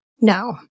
No